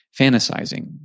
fantasizing